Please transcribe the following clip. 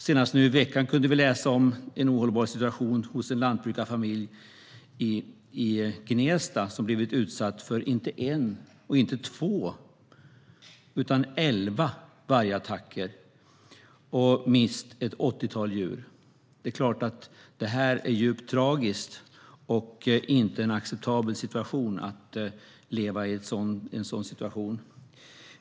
Senast nu i veckan kunde vi läsa om en ohållbar situation för en lantbrukarfamilj i Gnesta som blivit utsatt för inte en och inte två utan elva vargattacker och mist ett åttiotal djur. Det är klart att det är djupt tragiskt. Det är inte acceptabelt att leva i en sådan situation.